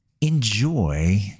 Enjoy